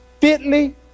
Fitly